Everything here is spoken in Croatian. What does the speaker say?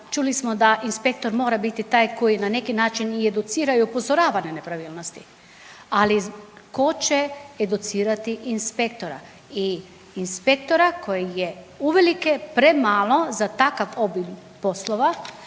čuli smo da inspektor mora biti taj koji na neki način i educira i upozorava nepravilnosti. Ali tko će educirati inspektora, inspektora koji je uvelike premalo za takav oblik poslova